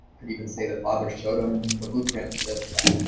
could even say the father showed him the blueprint to this,